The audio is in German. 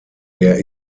der